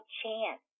chance